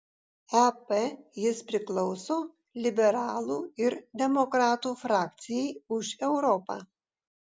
ep jis priklauso liberalų ir demokratų frakcijai už europą